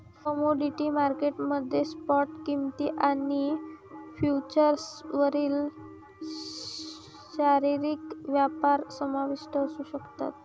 commodity market मध्ये spot किंमती आणि फ्युचर्सवरील शारीरिक व्यापार समाविष्ट असू शकतात